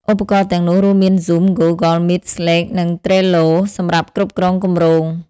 ឧបករណ៍ទាំងនោះរួមមាន Zoom, Google Meet, Slack និង ត្រេលឡូ (Trello) សម្រាប់គ្រប់គ្រងគម្រោង។